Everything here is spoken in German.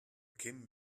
kämen